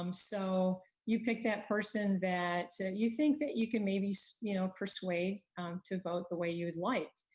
um so you pick that person that so you think that you can maybe so you know persuade to vote the way you'd like.